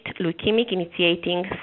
leukemic-initiating